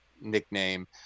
nickname